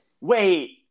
Wait